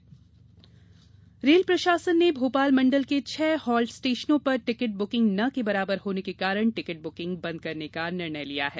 rail ticket rail प्रशासन ने भोपाल मंडल के छह हॉल्ट स्टेशनों पर टिकट ब्रुकिंग ना के बराबर होने के कारण टिकट बुकिंग बंद करने का निर्णय लिया है